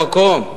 המקומי,